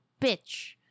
bitch